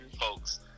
folks